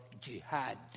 jihad